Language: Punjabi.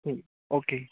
ਜੀ ਓਕੇ